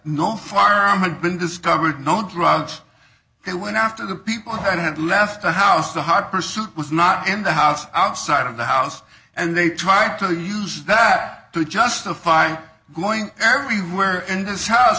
no firearm had been discovered no drugs he went after the people had left the house the hot pursuit was not in the house outside of the house and they tried to use that are to justify going everywhere in this house